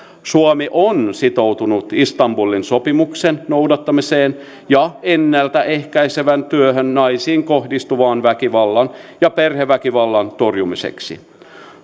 suomi on sitoutunut istanbulin sopimuksen noudattamiseen ja ennalta ehkäisevään työhön naisiin kohdistuvan väkivallan ja perheväkivallan torjumiseksi